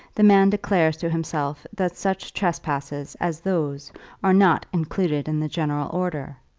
the man declares to himself that such trespasses as those are not included in the general order.